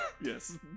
Yes